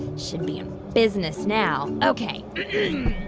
should be a business now. ok.